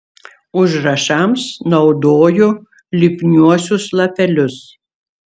užrašams naudojo lipniuosius lapelius